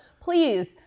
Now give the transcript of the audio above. please